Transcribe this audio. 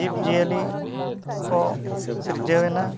ᱡᱤᱵᱽ ᱡᱤᱭᱟᱹᱞᱤ ᱠᱚ ᱥᱤᱨᱡᱟᱹᱣᱮᱱᱟ